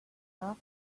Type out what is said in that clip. are